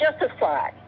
justified